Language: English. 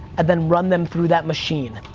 and then run them through that machine,